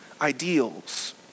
ideals